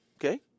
okay